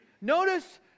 Notice